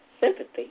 sympathy